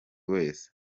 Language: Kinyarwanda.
wese